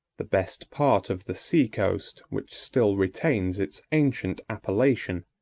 the best part of the sea-coast, which still retains its ancient appellation,